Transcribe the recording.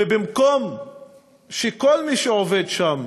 ובמקום שכל מי שעובד שם